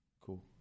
Cool